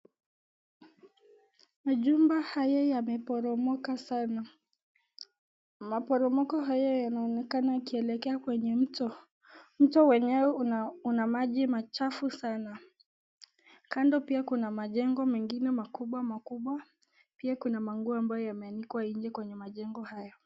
Majumba haya yameporomoka sana ,maporomoko haya yanaonekana yakielekea kwenye mto ,mto wenyewe una maji machafu sana .Kando pia kuna majengo mengine makubwa makubwa, pia kuna manguo ambaye yameanikwa nje kwenye majengo haya.